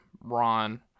Ron